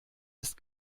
ist